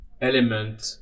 element